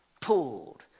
pulled